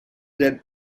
did